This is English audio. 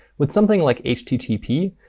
with something like http,